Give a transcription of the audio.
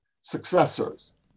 successors